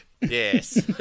Yes